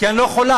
כי אני לא יכולה,